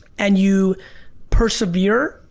and you persevere,